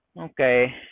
Okay